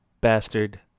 bastard